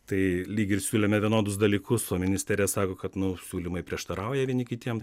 tai lyg ir siūlėme vienodus dalykus o ministerija sako kad nu siūlymai prieštarauja vieni kitiem